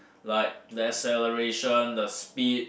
like the acceleration the speed